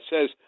says